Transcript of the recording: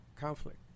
conflict